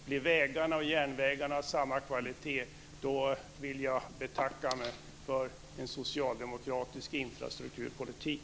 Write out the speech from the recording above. Blir vägarna och järnvägarna av samma kvalitet vill jag betacka mig för en socialdemokratisk infrastrukturpolitik.